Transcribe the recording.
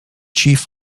chief